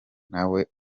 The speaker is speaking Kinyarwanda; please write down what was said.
nawe